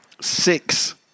six